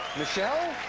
michelle,